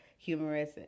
humorous